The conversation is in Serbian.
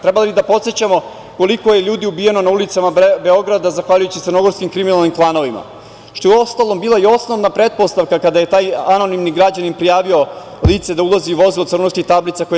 Trebamo li da podsećamo koliko je ljudi ubijeno na ulicama Beograda zahvaljujući crnogorskim kriminalnim klanovima, što je, uostalom, bila i osnovna pretpostavka kada je taj anonimni građanin prijavio lice da ulazi u vozilo crnogorskih tablica, koje je